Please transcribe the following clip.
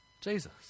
Jesus